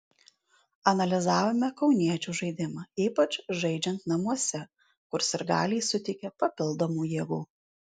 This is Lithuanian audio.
analizavome kauniečių žaidimą ypač žaidžiant namuose kur sirgaliai suteikia papildomų jėgų